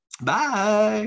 Bye